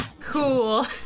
Cool